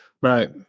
Right